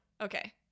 Okay